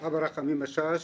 אבא רחמים השש,